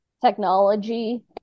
technology